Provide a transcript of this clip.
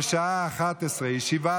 בשעה 11:00.